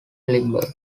limburg